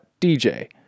DJ